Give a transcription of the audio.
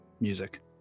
music